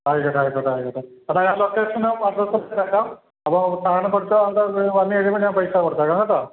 ആയിക്കോട്ടെ ആയിക്കോട്ടെ ആയിക്കോട്ടെ അപ്പോള് ഞാൻ ലൊക്കേഷൻ വാട്സപ്പിൽ ഇട്ടേക്കാം അപ്പോള് സാധനം കൊടുത്തയാള് വന്നുകഴിയുമ്പോള് ഞാൻ പൈസ കൊടുത്തേക്കാം കേട്ടോ